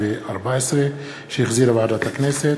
התשע"ד 2014, שהחזירה ועדת הכנסת,